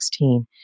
2016